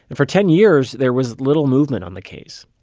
and for ten years, there was little movement on the case.